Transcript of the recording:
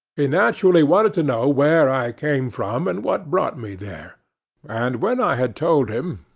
he naturally wanted to know where i came from, and what brought me there and, when i had told him,